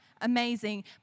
Amazing